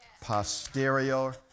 posterior